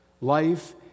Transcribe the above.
Life